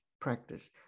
practice